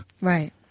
Right